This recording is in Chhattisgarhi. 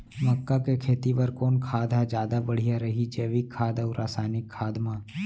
मक्का के खेती बर कोन खाद ह जादा बढ़िया रही, जैविक खाद अऊ रसायनिक खाद मा?